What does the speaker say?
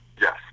Yes